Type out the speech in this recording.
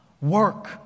work